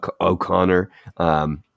O'Connor